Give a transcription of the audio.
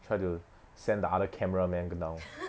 try to send the other camera man down